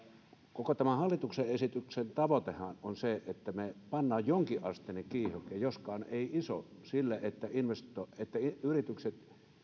koko tämä hallituksen esityksen tavoitehan on se että me panemme jonkinasteisen kiihokkeen joskaan emme isoa sille että yritykset